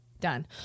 Done